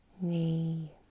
Knee